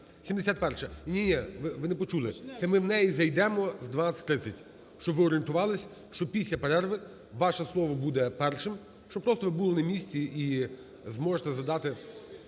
Ні, ви не почули, це ми в неї зайдемо в 12:30, щоб ви орієнтувались, що після перерви ваше слово буде першим, щоб просто ви були на місці і зможете задати